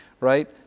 Right